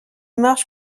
march